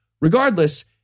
regardless